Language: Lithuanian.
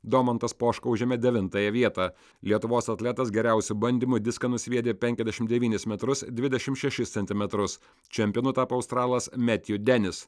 domantas poška užėmė devintąją vietą lietuvos atletas geriausiu bandymu diską nusviedė penkiasdešim devynis metrus dvidešim šešis centimetrus čempionu tapo australas metju denis